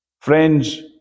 Friends